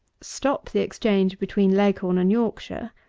stop the exchange between leghorn and yorkshire,